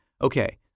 Okay